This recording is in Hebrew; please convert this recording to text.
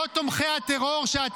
מדהים, מדהים, מדהים.